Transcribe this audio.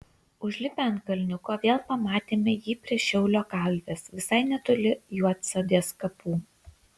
užlipę ant kalniuko vėl pamatėme jį prie šiaulio kalvės visai netoli juodsodės kapų